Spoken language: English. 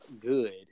good